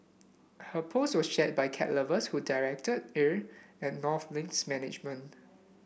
her post was shared by cat lovers who directed ire at North Link's management